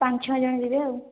ପାଞ୍ଚ ଛଅ ଜଣ ଯିବେ ଆଉ